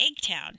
Eggtown